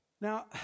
Now